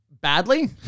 Badly